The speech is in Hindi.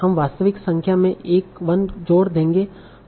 हम वास्तविक संख्या में 1 जोड़ देंगे